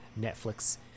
Netflix